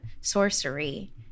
sorcery